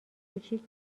کوچیک